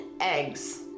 eggs